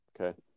Okay